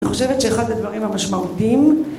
אני חושבת שאחד הדברים המשמעותיים